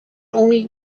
only